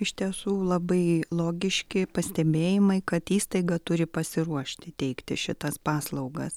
iš tiesų labai logiški pastebėjimai kad įstaiga turi pasiruošti teikti šitas paslaugas